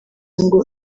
ngo